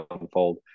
unfold